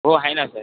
हो आहे ना सर